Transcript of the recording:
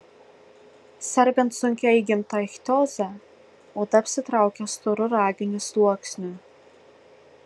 sergant sunkia įgimta ichtioze oda apsitraukia storu raginiu sluoksniu